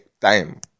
time